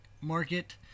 market